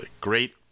great